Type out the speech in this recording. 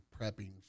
prepping